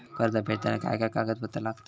कर्ज फेडताना काय काय कागदपत्रा लागतात?